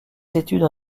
études